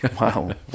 Wow